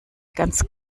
ganz